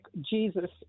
Jesus